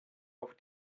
auf